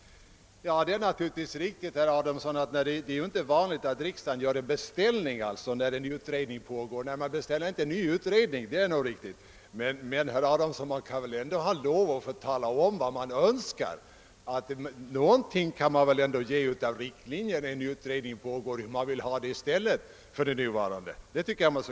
Det är riktigt, herr Adamsson, att riksdagen vanligen inte beställer en ny utredning när en utredning redan pågår, men man kan väl ändå få tala om vad man önskar i fråga om riktlinjerna för utredningen, för att därmed visa vad man vill ha i stället för det nuvarande.